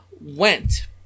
went